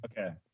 Okay